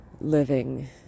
Living